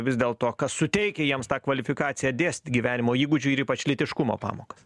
vis dėl to kas suteikia jiems tą kvalifikaciją dėstyt gyvenimo įgūdžių ir ypač lytiškumo pamokas